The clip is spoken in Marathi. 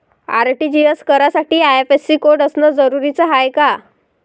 आर.टी.जी.एस करासाठी आय.एफ.एस.सी कोड असनं जरुरीच हाय का?